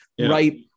right